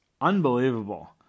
unbelievable